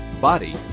body